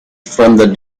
from